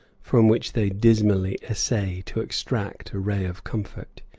from which they dismally essay to extract a ray of comfort.